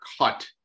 cut